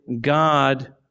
God